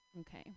Okay